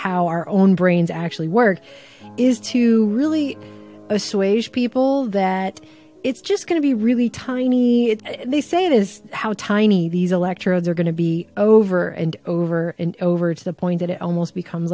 how our own brains actually work is to really assuage people that it's just going to be really tiny they say it is how tiny these electrodes are going to be over and over and over to the point that it almost becomes